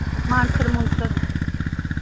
Mansar Munsar